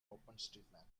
openstreetmap